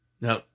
Now